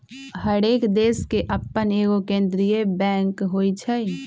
हरेक देश के अप्पन एगो केंद्रीय बैंक होइ छइ